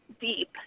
deep